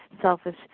selfish